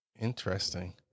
Interesting